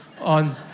on